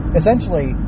essentially